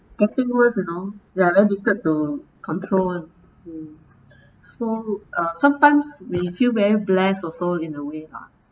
getting worse you know ya very difficult to control [one] mm so uh sometimes we feel very blessed also in a way lah